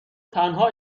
تنها